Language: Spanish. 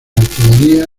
artillería